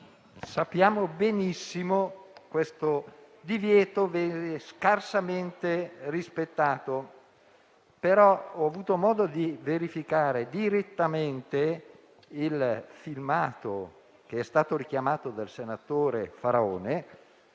Sappiamo benissimo che tale divieto è scarsamente rispettato. Ho avuto però modo di verificare direttamente il filmato che è stato richiamato dal senatore Faraone